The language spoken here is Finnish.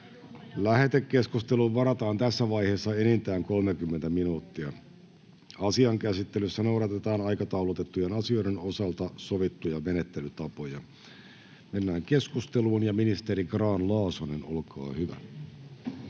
Lähetekeskusteluun varataan tässä vaiheessa enintään 30 minuuttia. Asian käsittelyssä noudatetaan aikataulutettujen asioiden osalta sovittuja menettelytapoja. — Mennään keskusteluun. Ministeri Grahn-Laasonen, olkaa hyvä.